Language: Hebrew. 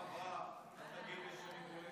בפעם הבאה אל תגיד לי שאני גולש.